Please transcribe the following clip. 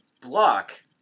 block